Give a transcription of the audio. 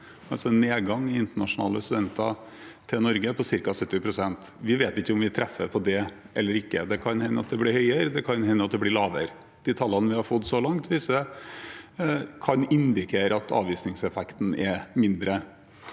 nedgang i internasjonale studenter til Norge på ca. 70 pst. Vi vet ikke om vi treffer på det eller ikke. Det kan hende at det blir høyere. Det kan hende at det blir lavere. De tallene vi har fått så langt, kan indikere at avvisningseffekten er mindre,